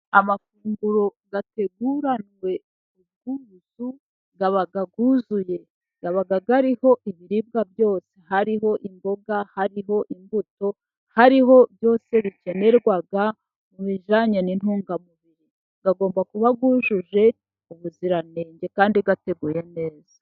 Amafunguro ateguranwe ubwuzu aba yuzuye aba ari ho ibiribwa byose, hariho imboga, hariho imbuto, hariho byose bikenerwa mu bijyanye n'intungamubiri, agomba kuba yujuje ubuziranenge kandi ateguye neza.